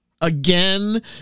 again